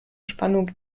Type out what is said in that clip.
spannung